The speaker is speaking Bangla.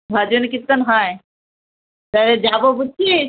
ভজন কীর্তন হয় তাহলে যাবো বুঝছিস